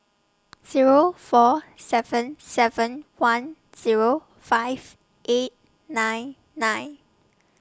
Zero four seven seven one Zero five eight nine nine